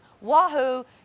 wahoo